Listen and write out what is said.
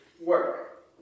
work